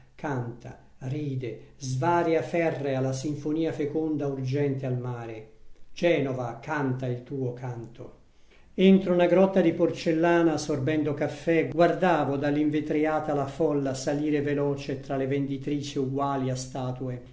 canta ride svaria ferrea la sinfonia feconda urgente al mare genova canta il tuo canto entro una grotta di porcellana sorbendo caffè guardavo dall'invetriata la folla salire veloce tra le venditrici uguali a statue